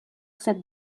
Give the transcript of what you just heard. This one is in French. cette